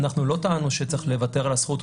אנחנו לא טענו שצריך לוותר על הזכות.